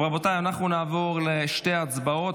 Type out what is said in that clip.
רבותיי, אנחנו נעבור לשתי הצבעות.